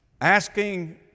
asking